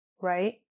right